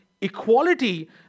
equality